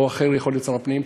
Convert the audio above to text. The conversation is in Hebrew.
או אחר יכול להיות שר הפנים,